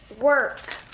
work